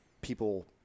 people